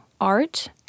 art